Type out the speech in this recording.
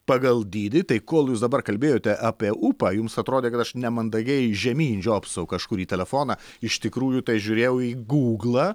pagal dydį tai kol jūs dabar kalbėjote apie upą jums atrodė kad aš nemandagiai žemyn žiopsau kažkur į telefoną iš tikrųjų tai žiūrėjau į gūglą